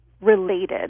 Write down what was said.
related